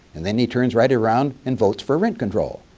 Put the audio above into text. and then he turns right around and votes for rent control.